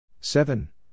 Seven